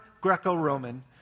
Greco-Roman